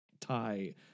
tie